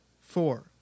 four